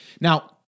Now